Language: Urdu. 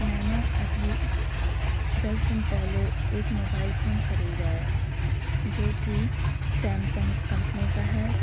میں نے ابھی دس دن پہلے ایک موبائل فون خریدا ہے جو کہ سمسنگ کمپنی کا ہے